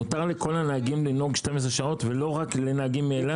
מותר לכל הנהגים לנהוג 12 שעות ולא רק לנהגים מאילת?